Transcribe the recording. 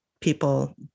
people